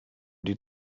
die